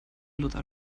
luther